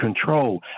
control